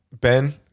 Ben –